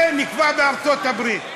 זה נקבע בארצות-הברית.